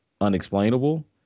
unexplainable